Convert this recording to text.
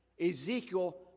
Ezekiel